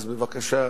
אז בבקשה,